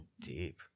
deep